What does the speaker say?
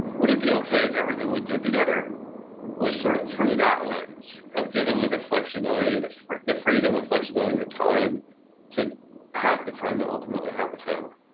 would it be okay if everything we did together was sort of through that lens of giving you the flexibility, the the freedom, the flexibility, the time to have the time to ultimately have a family?